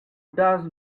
does